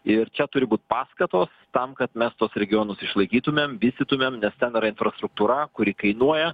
ir čia turi būt paskatos tam kad mes tuos regionus išlaikytumėm vystytumėm nes ten yra infrastruktūra kuri kainuoja